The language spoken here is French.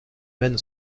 mène